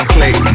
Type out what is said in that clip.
Click